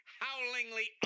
howlingly